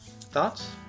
Thoughts